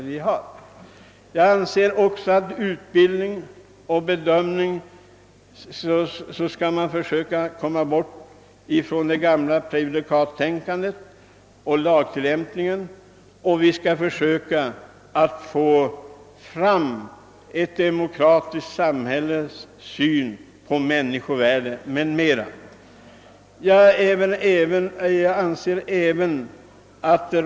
Jag anser också att man skall försöka komma bort ifrån det gamla prejudikattänkandet vid lagtillämpningen för att kunna få fram ett demokratiskt samhälles syn på människovärdet.